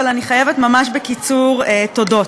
אבל אני חייבת ממש בקיצור תודות: